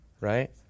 right